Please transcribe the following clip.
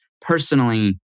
personally